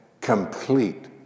complete